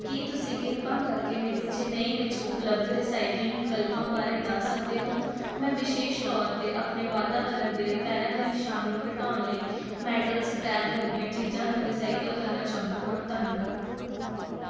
ਕੀ ਤੁਸੀਂ ਕਿਰਪਾ ਕਰਕੇ ਮੈਨੂੰ ਚੇਨਈ ਵਿੱਚ ਉਪਲੱਬਧ ਰੀਸਾਈਕਲਿੰਗ ਵਿਕਲਪਾਂ ਬਾਰੇ ਦੱਸ ਸਕਦੇ ਹੋ ਮੈਂ ਵਿਸ਼ੇਸ਼ ਤੌਰ 'ਤੇ ਆਪਣੇ ਵਾਤਾਵਰਣ ਦੇ ਪੈਰਾਂ ਦੇ ਨਿਸ਼ਾਨ ਨੂੰ ਘਟਾਉਣ ਲਈ ਮੈਟਲ ਸਕ੍ਰੈਪ ਵਰਗੀਆਂ ਚੀਜ਼ਾਂ ਨੂੰ ਰੀਸਾਈਕਲ ਕਰਨਾ ਚਾਹੁੰਦਾ ਹਾਂ ਧੰਨਵਾਦ